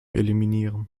eliminieren